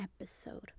episode